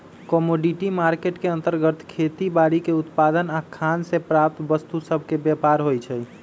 commodity market के अंतर्गत खेती बाड़ीके उत्पाद आऽ खान से प्राप्त वस्तु सभके व्यापार होइ छइ